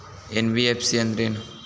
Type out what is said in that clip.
NBFC ಅಂದ್ರೇನು?